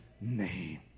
name